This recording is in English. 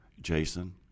Jason